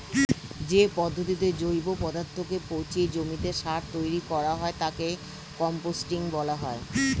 যে পদ্ধতিতে জৈব পদার্থকে পচিয়ে জমিতে সার তৈরি করা হয় তাকে কম্পোস্টিং বলা হয়